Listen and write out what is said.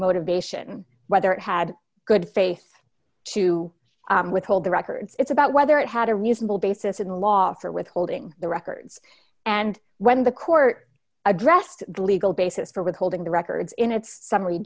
motivation whether it had good faith to withhold the records it's about whether it had a reasonable basis in the law for withholding the records and when the court addressed the legal basis for withholding the records in its summary